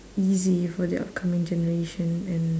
easy for the upcoming generation and